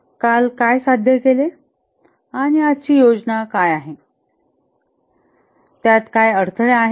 काल काय साध्य केले आणि आजची योजना काय आहे आणि त्यात काही अडथळे आहेत का